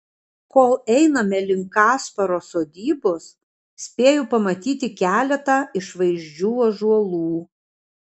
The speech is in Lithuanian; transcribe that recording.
kol einame link kasparo sodybos spėju pamatyti keletą išvaizdžių ąžuolų